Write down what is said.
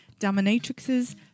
dominatrixes